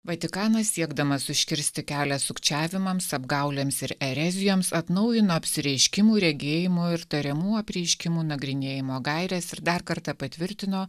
vatikanas siekdamas užkirsti kelią sukčiavimams apgaulėms ir erezijoms atnaujino apsireiškimų regėjimų ir tariamų apreiškimų nagrinėjimo gaires ir dar kartą patvirtino